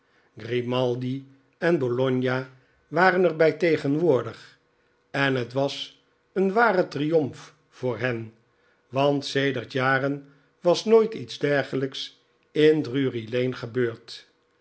en bologna waren er bij tegenwoordig en het was een ware triomf voor hen want sedert jaren was nooit iets dergelijks in drury-lane gebeurd